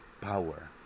power